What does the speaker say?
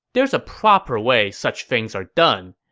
there's a proper way such things are done.